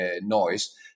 noise